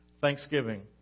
Thanksgiving